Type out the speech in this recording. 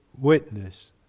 witness